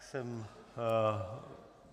Jsem tedy